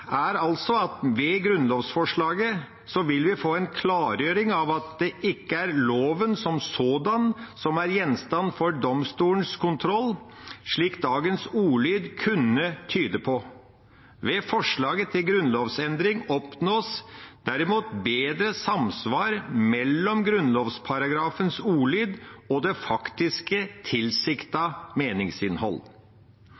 er altså at ved grunnlovsforslaget vil vi få en klargjøring av at det ikke er loven som sådan som er gjenstand for domstolens kontroll, slik dagens ordlyd kunne tyde på. Ved forslaget til grunnlovsendring oppnås derimot bedre samsvar mellom grunnlovsparagrafens ordlyd og det faktiske